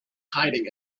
hiding